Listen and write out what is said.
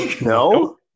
No